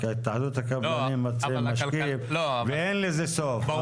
התאחדות הקבלנים מציעים משקיף ואין לזה סוף.